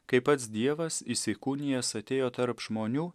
kai pats dievas įsikūnijęs atėjo tarp žmonių